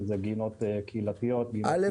אם זה גינות קהילתיות --- ראשית,